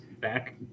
back